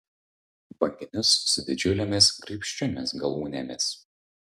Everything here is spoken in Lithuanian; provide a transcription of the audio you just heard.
banginius su didžiulėmis graibščiomis galūnėmis